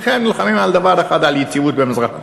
האמריקנים נלחמים על דבר אחד: על יציבות במזרח התיכון.